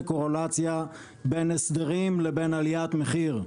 קורלציה בין הסדרים לבין עליית מחיר.